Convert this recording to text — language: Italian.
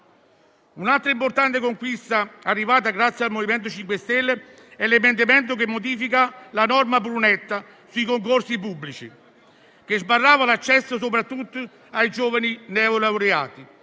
Un'altra importante conquista, arrivata grazie al MoVimento 5 Stelle, è l'emendamento che modifica la norma Brunetta sui concorsi pubblici, che sbarrava l'accesso soprattutto ai giovani neolaureati.